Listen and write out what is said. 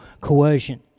coercion